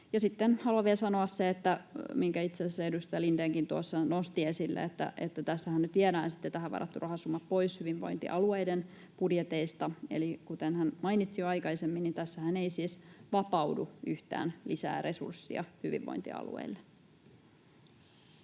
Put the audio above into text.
haluan vielä sanoa sen, minkä itse asiassa edustaja Lindénkin tuossa nosti esille, että tässähän nyt viedään tähän varattu rahasumma pois hyvinvointialueiden budjeteista, eli kuten hän mainitsi jo aikaisemmin, tässähän ei siis vapaudu yhtään lisää resurssia hyvinvointialueille.